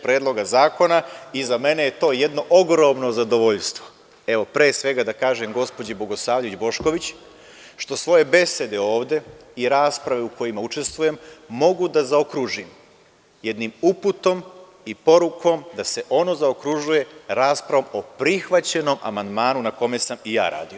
Predloga zakona i za mene je to jedno ogromno zadovoljstvo, evo, pre svega, da kažem gospođi Bogosavljević Bošković, što svoje besede ovde i rasprave u kojima učestvujem, mogu da zaokružim jednim uputom i porukom da se ono zaokružuje raspravom o prihvaćenom amandmanu na kome sam ja radio.